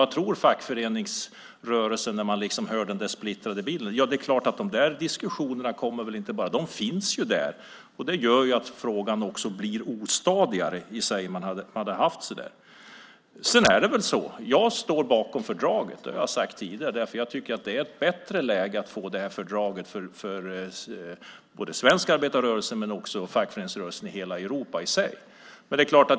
Vad tror fackföreningsrörelsen när man ser den splittrade bilden? Det är klart att de här diskussionerna finns. Det gör att frågan blir ostadigare. Jag står bakom fördraget, det har jag sagt tidigare, därför att det är bättre för den svenska arbetarrörelsen och fackföreningsrörelsen i hela Europa.